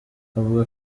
avuga